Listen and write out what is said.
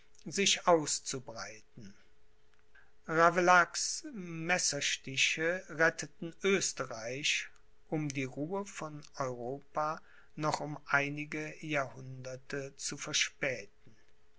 sich auszubreiten ravaillacs messerstiche retteten oesterreich um die ruhe von europa noch um einige jahrhunderte zu verspäten